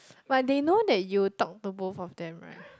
but they know you talk to both of them right